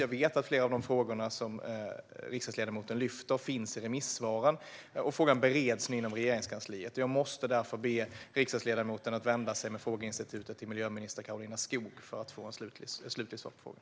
Jag vet att flera av de frågor som riksdagsledamoten tar upp finns med i remissvaren. Frågan bereds nu i Regeringskansliet, och jag måste därför be riksdagsledamoten att vända sig med frågeinstitutet till miljöminister Karolina Skog för att få ett slutligt svar på frågan.